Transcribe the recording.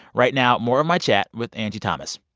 right now, more of my chat with angie thomas.